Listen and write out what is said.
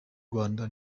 rwanda